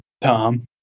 tom